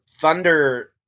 Thunder